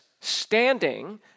standing